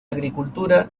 agricultura